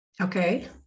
Okay